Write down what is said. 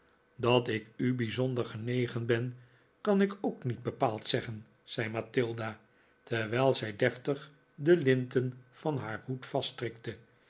dat ik u bijzonder genegen ben kan ik ook niet bepaald zeggen zei mathilda terwijl zij deftig de linten van haar hoed